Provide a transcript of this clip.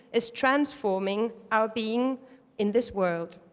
is transforming our being in this world.